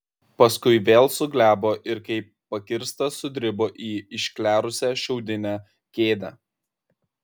paskui vėl suglebo ir kaip pakirstas sudribo į išklerusią šiaudinę kėdę